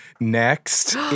Next